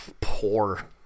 poor